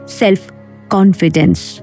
self-confidence